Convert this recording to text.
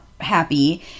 happy